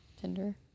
Tinder